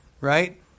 right